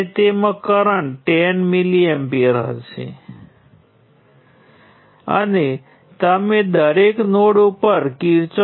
હવે મને આખું કંડક્ટન્સ મેટ્રિક્સ લખવા દો હું આ સર્કિટ પર કોપી કરીશ